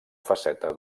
faceta